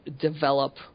develop